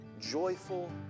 joyful